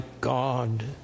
God